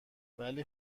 ولی